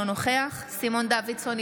אינו נוכח סימון דוידסון,